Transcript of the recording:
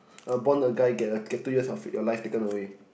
uh born a guy get get two years of life taken away